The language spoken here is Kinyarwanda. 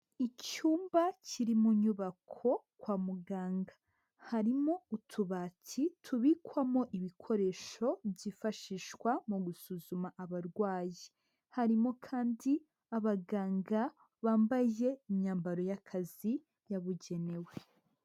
Icyumba kiri mu nyubako kwa muganga, harimo utubati tubikwamo ibikoresho byifashishwa mu gusuzuma abarwayi, harimo kandi abaganga bambaye imyambaro y'akazi yabugenewe.